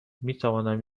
میتوانم